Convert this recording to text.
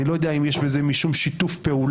אני לא יודע אם יש בזה משום שיתוף פעולה